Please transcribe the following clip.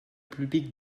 publique